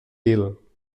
bhil